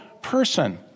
person